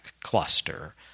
cluster